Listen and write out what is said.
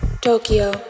Tokyo